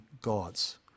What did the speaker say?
gods